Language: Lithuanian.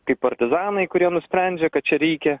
kai partizanai kurie nusprendžia kad čia reikia